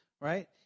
right